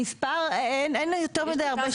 זה מספר, אין יותר מידי הרבה.